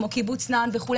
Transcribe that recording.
כמו קיבוץ נען וכו',